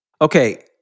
Okay